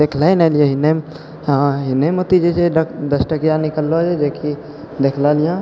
देखले नहि रहिए ने एन्ने मति जे दसटकिआ निकललऽ जेकि देखलिए हँ